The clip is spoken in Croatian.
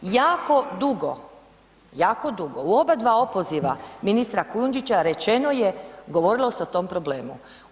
Jako dugo, jako dugo, u oba dva opoziva ministra Kujundžića rečeno je, govorilo se o tom problemu.